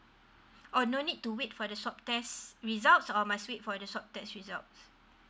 oh no need to wait for the swab test results or no need to wait for the swab test result